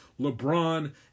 LeBron